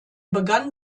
begann